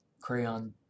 crayon